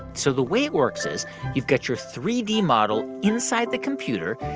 so the way it works is you've got your three d model inside the computer,